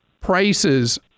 prices